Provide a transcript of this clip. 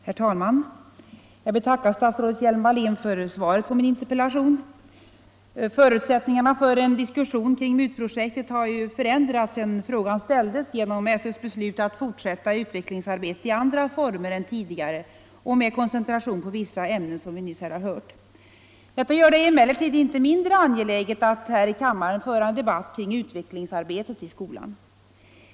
Herr talman! Jag vill tacka statsrådet Hjelm-Wallén för svaret på min interpellation. Förutsättningarna för en diskussion kring MUT-projektet har ju sedan interpellationen framställdes förändrats genom SÖ:s beslut att fortsätta utvecklingsarbetet i andra former än tidigare och, som vi nyss hörde, med koncentration på vissa ämnen. Detta gör det emellertid inte mindre angeläget att här i kammaren föra en debatt kring utvecklingsarbetet i skolan.